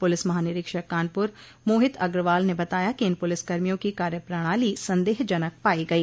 police महानिरीक्षक कानपुर मोहित अग्रवाल ने बताया कि इन पुलिसकर्मियों की कार्यप्रणाली सन्देहजनक पाई गई